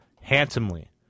handsomely